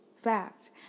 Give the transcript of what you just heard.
fact